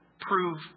prove